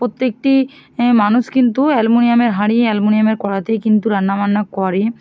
প্রত্যেকটি মানুষ কিন্তু অ্যালমুনিয়ামের হাঁড়ি অ্যালমুনিয়ামের কড়াতেই কিন্তু রান্না বান্না করে